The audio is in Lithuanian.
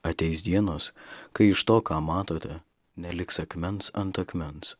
ateis dienos kai iš to ką matote neliks akmens ant akmens